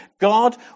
God